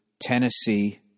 Tennessee